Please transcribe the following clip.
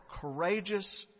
courageous